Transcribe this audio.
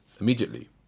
immediately